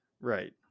Right